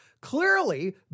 Clearly